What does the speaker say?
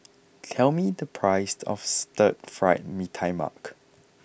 tell me the price of Stir Fried Mee Tai Mak